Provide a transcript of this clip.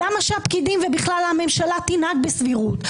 למה שהפקידים והממשלה בכלל ינהגו בסבירות.